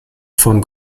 von